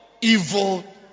evil